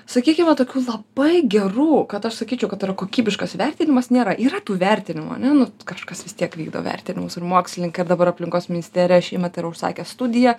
sakykime tokių labai gerų kad aš sakyčiau kad tai yra kokybiškas įvertinimas nėra yra tų vertinimų ane nu kažkas vis tiek vykdo vertinimus ir mokslininkai ir dabar aplinkos ministerija šįmet yra užsakę studiją